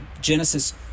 Genesis